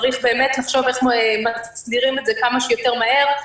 צריך באמת לחשוב איך מסדירים את זה כמה שיותר מהר,